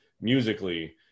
musically